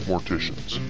Morticians